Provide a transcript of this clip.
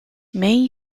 mei